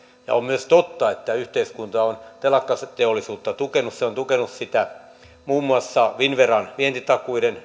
ja on myös totta että yhteiskunta on telakkateollisuutta tukenut se on tukenut sitä muun muassa finnveran vientitakuiden